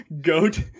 Goat